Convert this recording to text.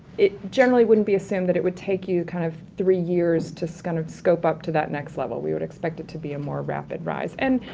it generally wouldn't be assumed that it would take you kind of three years to scon-scope up to that next level, we would expect it to be a more rapid rise. and,